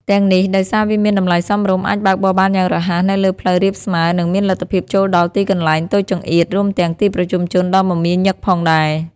ទាំងនេះ ដោយសារវាមានតម្លៃសមរម្យ អាចបើកបរបានយ៉ាងរហ័សនៅលើផ្លូវរាបស្មើ និងមានលទ្ធភាពចូលដល់ទីកន្លែងតូចចង្អៀត រួមទាំងទីប្រជុំជនដ៏មមាញឹកផងដែរ។